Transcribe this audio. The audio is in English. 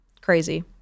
Crazy